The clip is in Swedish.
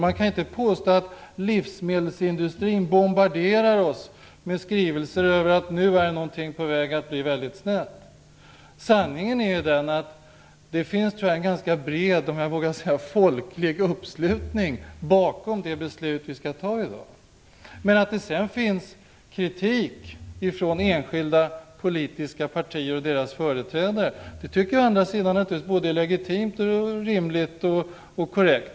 Man kan inte påstå att livsmedelsindustrin bombarderar oss med skrivelser om att någonting är på väg att bli väldigt snett. Sanningen är den att det finns en ganska bred folklig uppslutning bakom det beslut som vi skall fatta i dag. Att det sedan finns kritik från enskilda politiska partier och deras företrädare tycker jag är både legitimt, rimligt och korrekt.